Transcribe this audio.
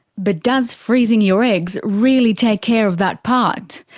but does freezing your eggs really take care of that part?